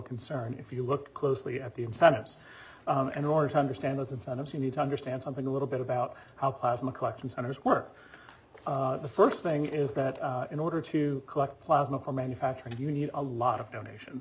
concern if you look closely at the incentives in order to understand those incentives you need to understand something a little bit about how plasma collections owners work the st thing is that in order to collect plasma for manufacturing you need a lot of donations